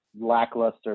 lackluster